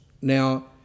Now